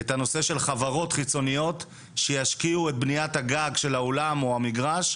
את הנושא של חברות חיצוניות שישקיעו את בניית הגג של האולם או המגרש,